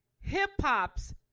hip-hop's